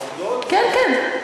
העבודות או, כן, כן.